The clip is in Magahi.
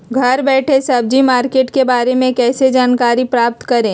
घर बैठे सब्जी मार्केट के बारे में कैसे जानकारी प्राप्त करें?